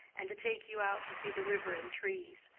and to take you out to see the river and trees.